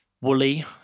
woolly